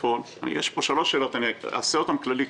יש פה שלוש שאלות ואשאל אותן באופן כללי.